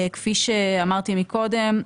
כפי שאמרתי מקודם,